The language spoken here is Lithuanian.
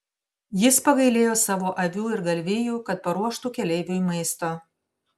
jis pagailėjo savo avių ir galvijų kad paruoštų keleiviui maisto